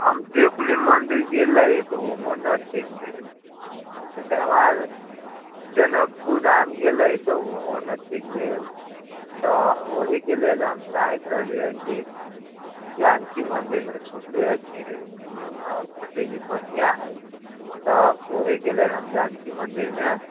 हम देवकुली मन्दिर गेल रही तऽ उहोमे नहि ठीक भेल तकरा बाद जनकपुर धाम गेल रही तऽ उहो नहि ठीक भेल तऽ ओहिके लेल हम चाहैत रहलीहँ कि जानकी मन्दिरमे सुनलीहँ कि पण्डित जी बढ़िआँ हय तऽ ओहिके लेल हम जानकी मन्दिरमे